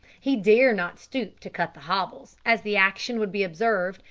he dare not stoop to cut the hobbles, as the action would be observed,